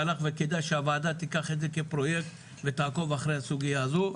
כדאי שהוועדה תיקח את זה כפרויקט ותעקוב אחרי הסוגיה הזו.